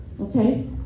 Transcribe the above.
okay